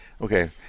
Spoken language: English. okay